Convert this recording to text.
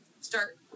start